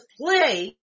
play